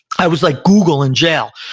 i was like google in jail.